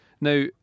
now